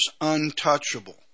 untouchable